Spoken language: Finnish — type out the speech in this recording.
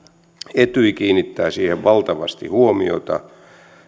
etyj kiinnittää siihen valtavasti huomiota